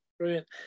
brilliant